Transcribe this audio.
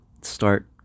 start